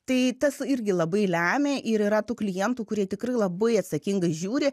tai tas irgi labai lemia ir yra tų klientų kurie tikrai labai atsakingai žiūri